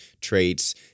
traits